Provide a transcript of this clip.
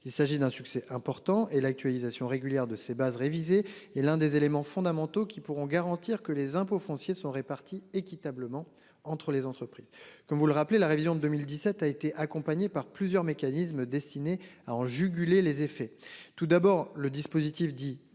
Il s'agit d'un succès important et l'actualisation régulière de ses bases révisé et l'un des éléments fondamentaux qui pourront garantir que les impôts fonciers sont répartis équitablement entre les entreprises, comme vous le rappeler, la révision de 2017 a été accompagné par plusieurs mécanismes destinés à en juguler les effets. Tout d'abord le dispositif dit